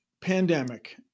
pandemic